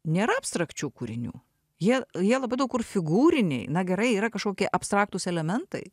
nėra abstrakčių kūrinių jie jie labai daug kur figūriniai na gerai yra kažkokie abstraktūs elementai